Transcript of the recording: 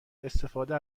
استفاده